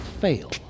fail